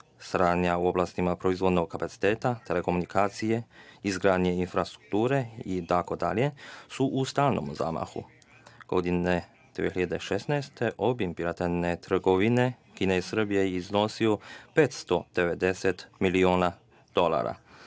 Saradnja u oblastima proizvodnog kapaciteta, telekomunikacije, izgradnja infrastrukture itd su u stalnom zamahu. Godine 2016. obim bilateralne trgovine Kine i Srbije je iznosio 590.000.000 dolara